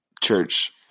church